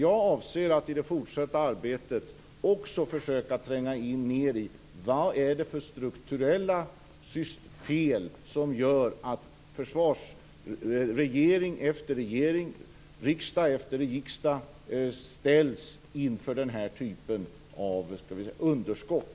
Jag avser att i det fortsatta arbetet också försöka tränga ned i frågan om vad det är för strukturella fel som gör att regering efter regering och riksdag efter riksdag ställs inför den här typen underskott.